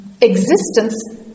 Existence